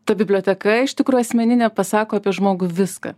ta biblioteka iš tikro asmeninė pasako apie žmogų viską